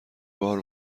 بار